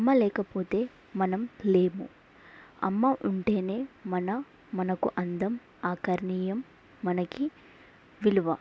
అమ్మ లేకపోతే మనం లేము అమ్మ ఉంటేనే మన మనకు అందం ఆకర్నీయం మనకి విలువ